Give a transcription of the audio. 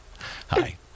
hi